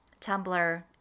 tumblr